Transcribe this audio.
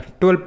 12